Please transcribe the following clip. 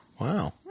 Wow